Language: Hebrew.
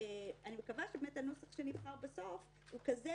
אני מקווה שהנוסח שנבחר בסוף הוא כזה